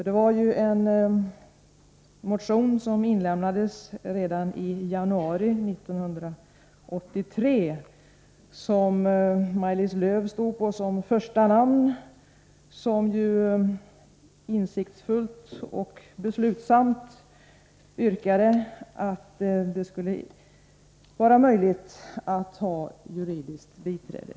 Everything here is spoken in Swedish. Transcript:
Det var ju en motion som inlämnades redan i januari 1983, med Maj-Lis Lööw som första namn, och som insiktsfullt och beslutsamt yrkade att det skulle vara möjligt att få juridiskt biträde.